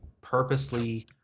purposely